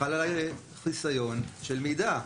חל עליי חיסיון של מידע.